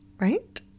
Right